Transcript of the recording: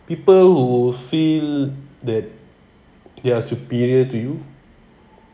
people who feel that they are superior to you